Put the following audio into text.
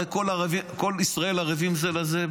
הרי כל ישראל ערבים זה לזה,